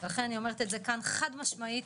ולכן אני אומרת את זה כאן חד משמעית